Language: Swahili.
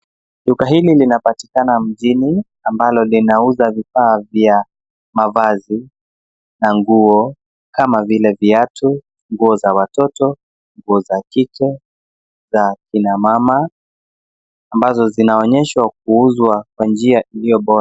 Duka hili linapatikana mjini ambalo linauza vifaa vya mavazi na nguo kama vile viatu, nguo za watoto, nguo za kike, za kina mama ambazo zinaonyeshwa kuuzwa kwa njia iliyo bora.